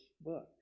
book